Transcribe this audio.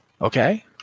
Okay